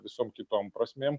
visom kitom prasmėm